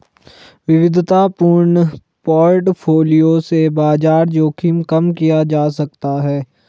विविधतापूर्ण पोर्टफोलियो से बाजार जोखिम कम किया जा सकता है